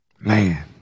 man